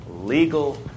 legal